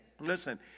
Listen